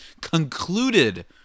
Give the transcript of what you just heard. concluded